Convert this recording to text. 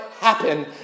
happen